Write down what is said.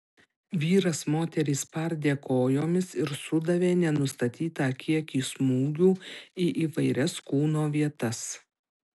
vyras moterį spardė kojomis ir sudavė nenustatytą kiekį smūgių į įvairias kūno vietas